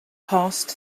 passed